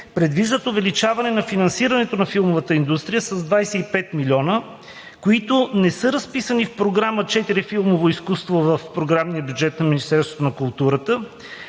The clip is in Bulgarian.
предвиждат увеличаване на финансирането на филмовата индустрия с 25 млн. лв., които не са разписани в Програма 4 – филмово изкуство, в програмния бюджет на Министерството на културата,